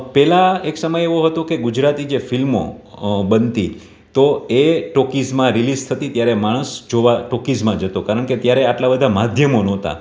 પહેલાં એક સમય એવો હતો કે ગુજરાતી જે ફિલ્મો બનતી તો એ ટોકીઝમાં રિલીસ થતી ત્યારે માણસ જોવા ટોકીઝમાં જતો કારણ કે ત્યારે આટલાં બધાં માધ્યમો નહોતાં